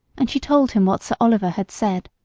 and she told him what sir oliver had said.